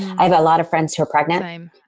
i have a lot of friends who are pregnant same